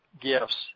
gifts